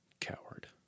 Coward